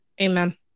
Amen